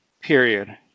period